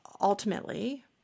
ultimately